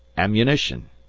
ammunition!